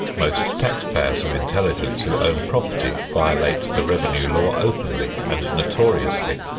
most tax-payers of intelligence who own property violate the revenue law openly and notoriously,